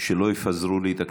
שלא יפזרו לי את הכנסת.